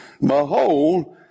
behold